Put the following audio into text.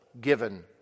given